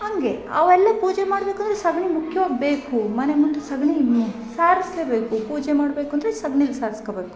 ಹಂಗೇ ಅವೆಲ್ಲ ಪೂಜೆ ಮಾಡ್ಬೇಕು ಅಂದರೆ ಸಗಣಿ ಮುಖ್ಯವಾಗ್ ಬೇಕು ಮನೆ ಮುಂದೆ ಸಗಣಿ ಸಾರಿಸ್ಲೇಬೇಕು ಪೂಜೆ ಮಾಡಬೇಕು ಅಂದರೆ ಸಗ್ಣಿಲಿ ಸಾರಿಸ್ಕೋಬೇಕು